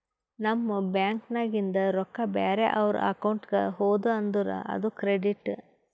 ನಮ್ ಬ್ಯಾಂಕ್ ನಾಗಿಂದ್ ರೊಕ್ಕಾ ಬ್ಯಾರೆ ಅವ್ರ ಅಕೌಂಟ್ಗ ಹೋದು ಅಂದುರ್ ಅದು ಕ್ರೆಡಿಟ್